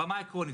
ברמה העקרונית.